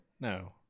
No